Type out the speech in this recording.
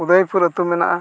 ᱩᱫᱚᱭᱯᱩᱨ ᱟᱛᱳ ᱢᱮᱱᱟᱜᱼᱟ